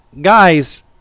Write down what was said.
guys